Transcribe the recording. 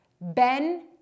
Ben